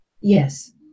Yes